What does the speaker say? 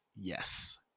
yes